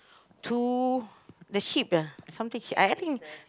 to the ship ah something I I think